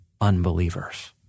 unbelievers